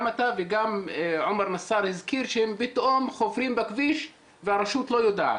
גם אתה וגם עומר נסאר הזכרתם שהם פתאום חופרים בכביש והרשות לא יודעת.